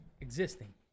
Existing